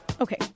Okay